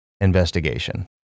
investigation